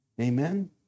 Amen